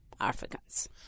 Africans